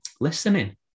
listening